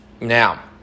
Now